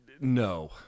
No